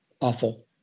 awful